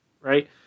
right